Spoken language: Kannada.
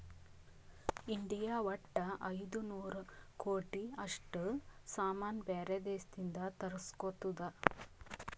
ಇಂಡಿಯಾ ವಟ್ಟ ಐಯ್ದ ನೂರ್ ಕೋಟಿ ಅಷ್ಟ ಸಾಮಾನ್ ಬ್ಯಾರೆ ದೇಶದಿಂದ್ ತರುಸ್ಗೊತ್ತುದ್